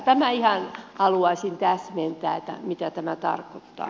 tämän ihan haluaisin täsmentää mitä tämä tarkoittaa